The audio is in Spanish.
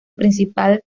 principal